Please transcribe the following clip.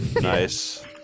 Nice